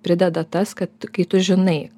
prideda tas kad kai tu žinai